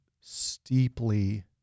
steeply